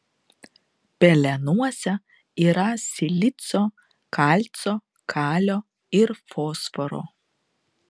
pelenuose yra silicio kalcio kalio ir fosforo